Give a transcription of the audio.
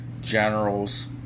generals